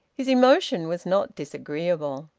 his emotion was not disagreeable.